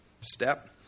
step